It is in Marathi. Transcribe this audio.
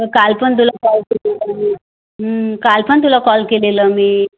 काल पण तुला कॉल केलेला मी काल पण तुला कॉल केलेला मी